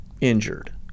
injured